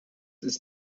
ist